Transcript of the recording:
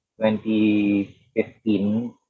2015